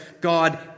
God